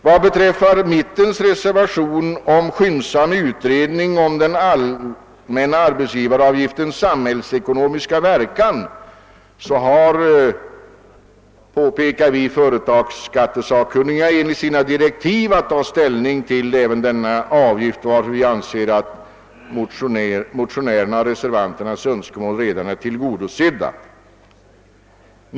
Med anledning av mittenreservationen om en skyndsam utredning om den allmänna arbetsgivaravgiftens samhällsekonomiska verkningar påpekar vi, att företagsskattesakkunniga i sina direktiv fått i uppdrag att ta ställning till denna avgift. Vi anser därför att motionärernas och reservanternas önskemål redan är tillgodosedda.